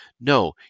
No